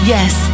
Yes